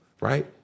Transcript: right